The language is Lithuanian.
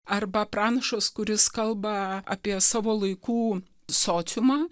arba pranašas kuris kalba apie savo laikų sociumą